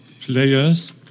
players